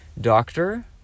doctor